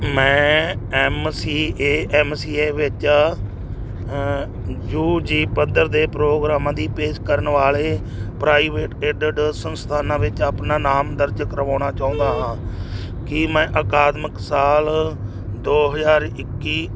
ਮੈਂ M C A M C A ਵਿੱਚ U G ਪੱਧਰ ਦੇ ਪ੍ਰੋਗਰਾਮਾਂ ਦੀ ਪੇਸ਼ ਕਰਨ ਵਾਲੇ ਪ੍ਰਾਈਵੇਟ ਏਡਡ ਸੰਸਥਾਨਾਂ ਵਿੱਚ ਆਪਣਾ ਨਾਮ ਦਰਜ ਕਰਵਾਉਣ ਚਾਹੁੰਦਾ ਹਾਂ ਕੀ ਮੈਂ ਅਕਾਦਮਿਕ ਸਾਲ ਦੋ ਹਾਜ਼ਰ ਇੱਕੀ